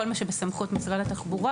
כל מה שבסמכות משרד התחבורה.